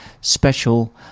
special